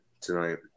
tonight